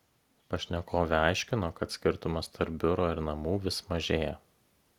pašnekovė aiškino kad skirtumas tarp biuro ir namų vis mažėja